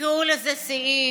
תקראו לזה שיאים,